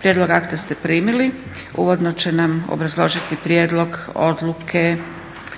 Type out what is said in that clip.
Prijedlog akta se primili. Uvodno će nam obrazložiti prijedlog odluke